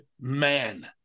man